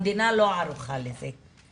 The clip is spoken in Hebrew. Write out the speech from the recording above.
המדינה לא ערוכה לזה,